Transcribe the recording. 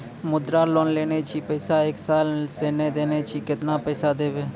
मुद्रा लोन लेने छी पैसा एक साल से ने देने छी केतना पैसा देब?